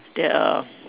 there are